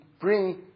bring